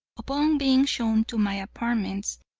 upon being shown to my apartments,